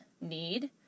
need